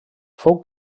fou